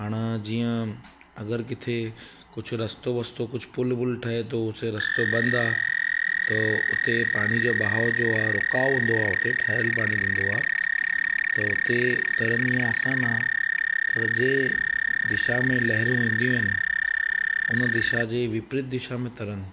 हाणे जीअं अगरि काथे कुझु रस्तो वस्तो कुझु पुल वुल ठहे थो उस रस्तो बंदि आहे त उते पाणी जो बहाव जो आहे रुकाव हूंदो आहे उते ठहरियलु पाणी हूंदो आहे त हुते तरण ईअं आसान आ्हे पर जे दिशा में लहरूं ईंदियूं आहिनि उन दिशा जे विपरीत दिशा में तरण